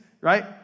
right